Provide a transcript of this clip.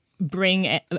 bring